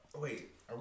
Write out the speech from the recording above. Wait